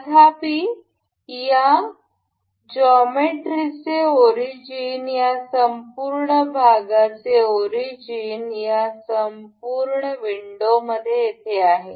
तथापि या भूमितीचे ओरिजिन या संपूर्ण भागाचे ओरिजिन या संपूर्ण विंडोमध्ये येथे आहे